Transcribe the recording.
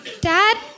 Dad